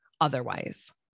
otherwise